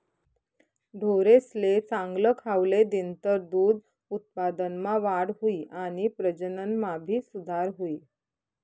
ढोरेसले चांगल खावले दिनतर दूध उत्पादनमा वाढ हुई आणि प्रजनन मा भी सुधार हुई